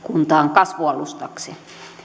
kasvualustaksi